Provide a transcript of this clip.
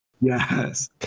Yes